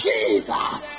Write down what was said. Jesus